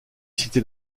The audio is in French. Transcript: citer